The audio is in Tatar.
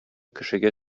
кешегә